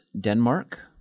Denmark